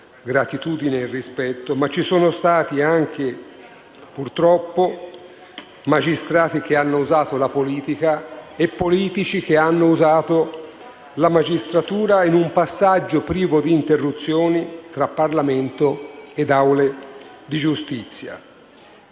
gratitudine e rispetto, ma ci sono stati anche, purtroppo, magistrati che hanno usato la politica e politici che hanno usato la magistratura, in un passaggio privo di interruzioni tra Parlamento e aule di giustizia.